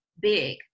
big